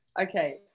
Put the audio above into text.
okay